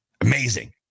Amazing